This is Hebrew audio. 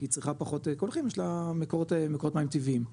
כי היא צריכה פחות קולחים יש לה מקורות מים טבעיים.